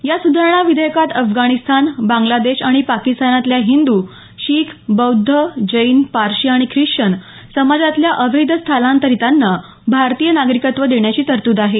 या सुधारणा विधेयकात अफगाणिस्तान बांगलादेश आणि पाकिस्तानातल्या हिंदू शीख बौद्ध जैन पारशी आणि खिश्चन समाजातल्या अवैध स्थलांतरितांना भारतीय नागरिकत्व देण्याची तरतूद आहे